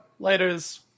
Laters